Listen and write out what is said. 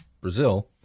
Brazil